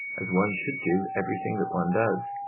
as one should do everything that one does.